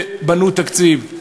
ובנו תקציב.